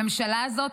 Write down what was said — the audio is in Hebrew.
הממשלה הזאת,